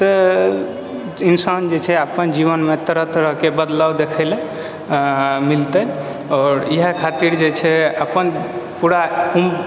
तऽ इंसान जे छै अपन जीवनमे तरह तरहके बदलाव देखै लऽ मिलतै आओर इएह खातिर जे छै अपन पूरा